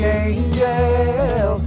angel